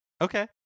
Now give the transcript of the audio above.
Okay